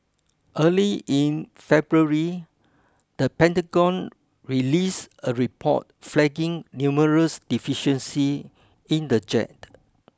early in February the Pentagon released a report flagging numerous deficiencies in the jet